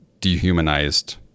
dehumanized